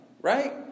Right